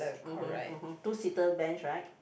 mmhmm mmhmm two seater bench right